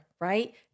right